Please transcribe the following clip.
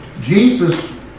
Jesus